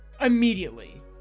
immediately